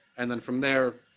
and then from there,